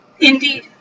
Indeed